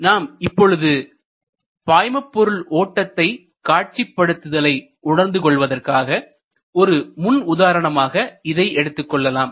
நாம் இப்பொழுது பாய்மபொருள் ஓட்டத்தை காட்சிப்படுத்துதலை உணர்ந்து கொள்வதற்காக ஒரு முன் உதாரணமாக இதை எடுத்துக்கொள்ளலாம்